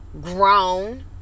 grown